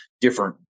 different